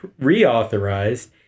reauthorized